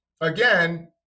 again